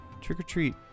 trick-or-treat